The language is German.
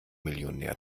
millionär